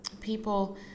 people